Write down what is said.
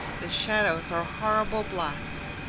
the shadows are horrible blots.